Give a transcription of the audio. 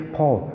Paul